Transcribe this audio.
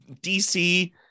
DC